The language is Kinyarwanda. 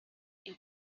ibyo